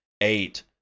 Eight